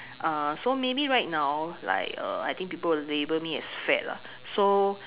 uh so maybe right now like err I think people will label me as fat lah so